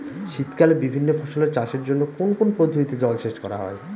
শীতকালে বিভিন্ন ফসলের চাষের জন্য কোন কোন পদ্ধতিতে জলসেচ করা হয়?